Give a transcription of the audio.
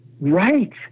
right